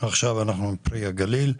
עכשיו אנחנו בדיון על פרי הגליל.